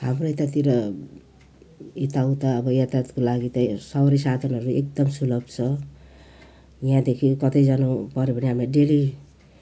हाम्रो यतातिर यताउता अब यातायातको लागि त सवारी साधनहरू एकदम सुलभ छ यहाँदेखि कतै जानुपऱ्यो भने हामीलाई डेली